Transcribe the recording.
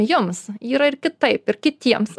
jums yra ir kitaip ir kitiems